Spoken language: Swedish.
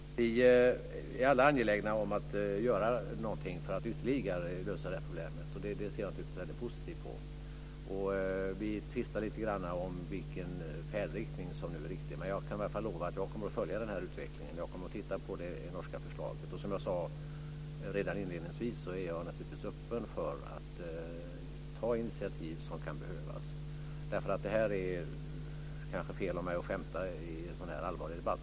Vi är alla angelägna om att göra någonting för att ytterligare lösa huvudproblemet, och det ser jag naturligtvis positivt på. Vi tvistar lite grann om vilken färdriktning som nu är riktig, men jag kan i varje fall lova att jag kommer att följa utvecklingen och att titta på det norska förslaget. Som jag sade redan inledningsvis är jag förstås öppen för att ta initiativ som kan behövas. Det kanske var fel av mig att skämta i en sådan här allvarlig debatt.